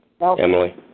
Emily